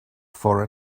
for